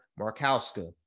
Markowska